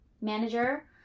manager